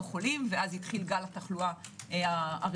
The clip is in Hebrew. חולים ואז התחיל גל התחלואה הרביעי,